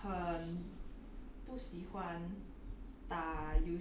我 actually 我本身 right 是一个很